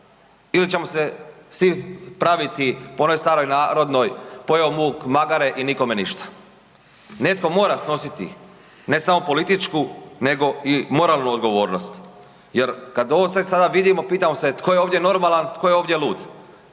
ili ćemo se svi praviti po onoj staroj narodnoj „Pojeo vuk magare“ i nikome ništa. Netko mora snositi ne samo političku nego i moralnu odgovornost jer kad ovo sve sada vidimo, pitam se tko je ovdje normalan, tko je ovdje lud?